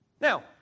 Now